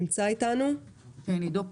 תודה רבה